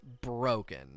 broken